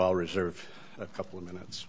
i'll reserve a couple of minutes